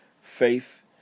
faith